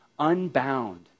unbound